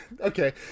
okay